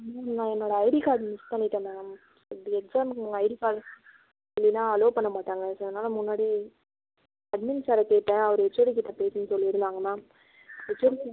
ma'am நான் என்னுடைய ID கார்டை மிஸ் பண்ணிட்டேன் மேம் அப்படி எக்ஸாமுக்கு ஐடி கார்டு இல்லைன்னா அல்லோவ் பண்ண மாட்டாங்க ஸோ அதனால் முன்னாடியே அட்மின் சாரை கேட்டேன் அவர் ஹெச்ஓடி கிட்ட பேசுன்னு சொல்லிருந்தாங்க மேம் ஹெச்ஓடிக்கு